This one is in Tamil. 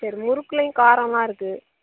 சரி முறுக்குலையும் காரோம்லாம் இருக்குது